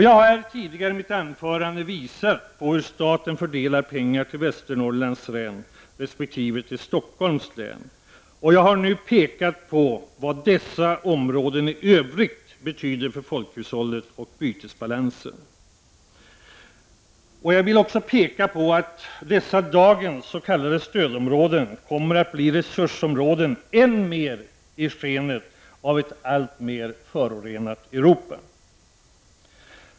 Jag har tidigare i mitt anförande visat hur staten fördelar pengar till Västernorrlands län resp. till Stockholms län. Och jag har nu pekat på vad dessa områden i övrigt betyder för folkhushållet och bytesbalansen. Jag vill också peka på att dessa dagens s.k. stödområden kommer att bli resursområden än mer i skenet av ett alltmer förorenat Europa.